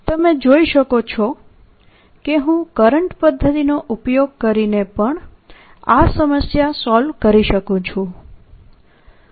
તેથી તમે જોઈ શકો છો કે હું કરંટ પદ્ધતિનો ઉપયોગ કરીને પણ આ સમસ્યા સોલ્વ કરી શકું છું